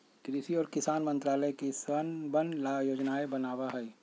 कृषि और किसान कल्याण मंत्रालय किसनवन ला योजनाएं बनावा हई